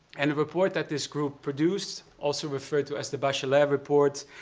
and the report that this group produced, also referred to as the bachelet report,